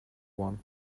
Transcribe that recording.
one